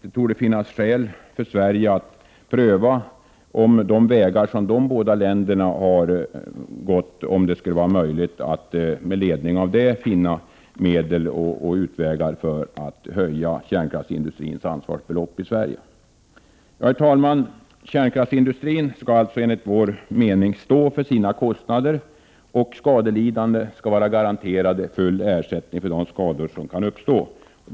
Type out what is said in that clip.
Det torde finnas skäl för Sverige att pröva de vägar som dessa länder har gått och med ledning härav finna vägar att höja kärnkraftsindustrins ansvarsbelopp i Sverige. Herr talman! Kärnkraftsindustrin borde enligt vår mening stå för sina kostnader, och skadelidande skall vara garanterade full ersättning för de skador som kan uppstå.